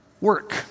work